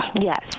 Yes